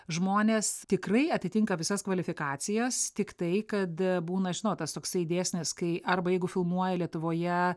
žmonės tikrai atitinka visas kvalifikacijas tiktai kad būna žinot tas toksai dėsnis kai arba jeigu filmuoja lietuvoje